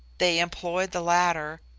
they employ the latter,